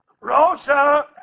Rosa